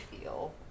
feel